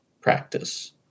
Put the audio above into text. practice